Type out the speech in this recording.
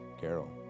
carol